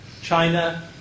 China